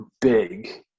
big